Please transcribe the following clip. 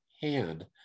hand